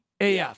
af